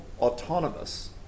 autonomous